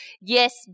Yes